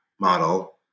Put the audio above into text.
Model